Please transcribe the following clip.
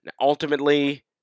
Ultimately